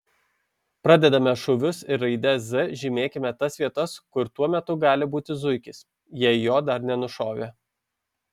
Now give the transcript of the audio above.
pradedame šūvius ir raide z žymėkime tas vietas kur tuo metu gali būti zuikis jei jo dar nenušovė